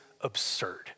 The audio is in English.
absurd